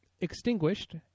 extinguished